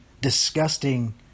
disgusting